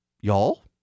Y'all